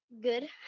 Good